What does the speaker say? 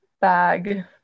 bag